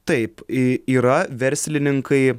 taip i yra verslininkai